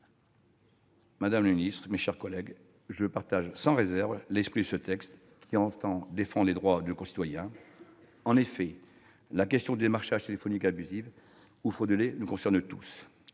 Madame la secrétaire d'État, mes chers collègues, je partage sans réserve l'esprit de ce texte qui entend défendre les droits de nos concitoyens. En effet, la question du démarchage téléphonique abusif ou frauduleux nous concerne tous.